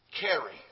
Carry